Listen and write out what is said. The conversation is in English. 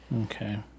Okay